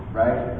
right